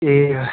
ए